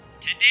Today